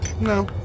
No